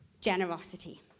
generosity